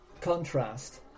contrast